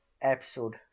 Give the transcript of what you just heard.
episode